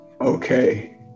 Okay